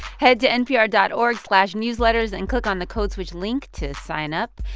head to npr dot org slash newsletters and click on the code switch link to sign up.